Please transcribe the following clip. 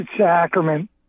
Sacrament